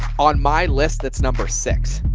on my list, that's number six,